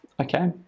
okay